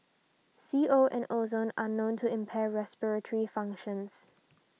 C O and ozone are known to impair respiratory functions